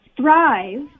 thrive